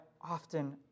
often